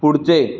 पुढचे